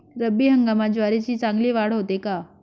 रब्बी हंगामात ज्वारीची चांगली वाढ होते का?